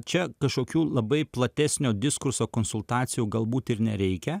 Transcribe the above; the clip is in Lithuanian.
čia kažkokių labai platesnio diskurso konsultacijų galbūt ir nereikia